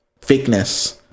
fakeness